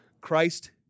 Christ